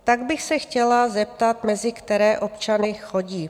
Tak bych se chtěla zeptat, mezi které občany chodí?